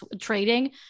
trading